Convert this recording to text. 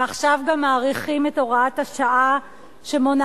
ועכשיו גם מאריכים את הוראת השעה שמונעת